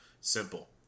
Simple